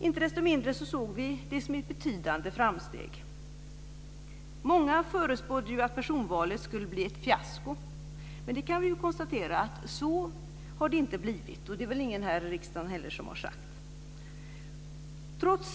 Inte desto mindre såg vi det som ett betydande framsteg. Många förutspådde att personvalet skulle bli ett fiasko. Nu kan vi konstatera att så har det inte blivit. Det är ingen här i riksdagen heller som har sagt det.